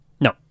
No